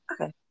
Okay